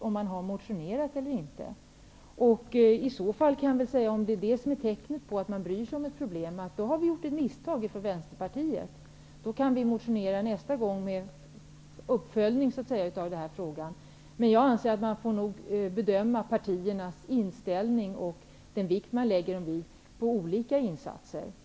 Om det är detta som är tecknet på att man bryr sig om ett problem, har vi i Vänsterpartiet gjort ett misstag. Då kan vi motionera nästa gång det blir aktuellt och föreslå en uppföljning av den här frågan. Men jag anser att man får bedöma partiernas inställning och den vikt som de lägger vid olika frågor efter deras sammanlagda insatser.